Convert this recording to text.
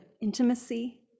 intimacy